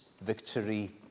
victory